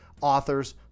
authors